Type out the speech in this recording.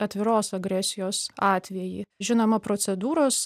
atviros agresijos atvejį žinoma procedūros